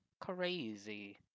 Crazy